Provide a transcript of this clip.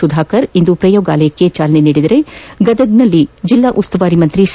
ಸುಧಾಕರ್ ಇಂದು ಪ್ರಯೋಗಾಲಯಕ್ಕೆ ಚಾಲನೆ ನೀಡಿದರೆ ಗದಗದಲ್ಲಿ ಜಿಲ್ಲಾ ಉಸ್ತುವಾರಿ ಸಚಿವ ಸಿ